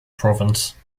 province